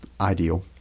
ideal